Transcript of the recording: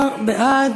17 בעד,